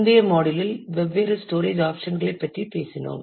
முந்தைய மாடியுல் இல் வெவ்வேறு ஸ்டோரேஜ் ஆப்சன் களைப் பற்றி பேசினோம்